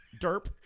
Derp